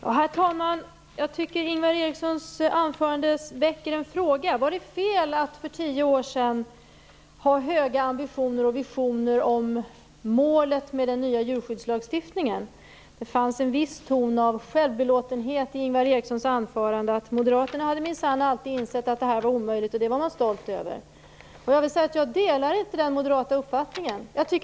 Herr talman! Jag tycker att Ingvar Erikssons anförande väcker en fråga. Var det fel att för tio år sedan ha höga ambitioner och stora visioner om målet med den nya djurskyddslagstiftningen? Det fanns en viss ton av självbelåtenhet i Ingvar Erikssons anförande, att moderaterna minsann alltid har insett att detta är omöjligt, vilket man är stolt över. Jag delar inte den moderata uppfattningen.